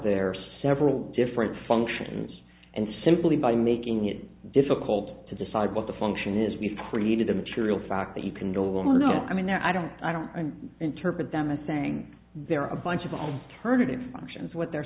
there several different functions and simply by making it difficult to decide what the function is we've created a material fact that you can do a little no i mean i don't i don't interpret them as saying there are a bunch of all turnitin functions what they're